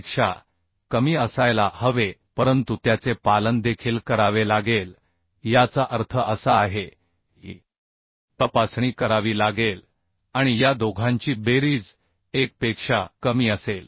पेक्षा कमी असायला हवे परंतु त्याचे पालन देखील करावे लागेल याचा अर्थ असा आहे की तपासणी करावी लागेल आणि या दोघांची बेरीज 1 पेक्षा कमी असेल